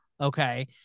okay